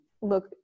look